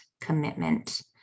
commitment